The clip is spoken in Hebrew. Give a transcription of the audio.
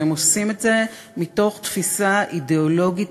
והם עושים את זה מתוך תפיסה אידיאולוגית